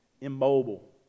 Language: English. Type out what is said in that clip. immobile